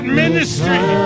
ministry